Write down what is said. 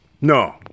No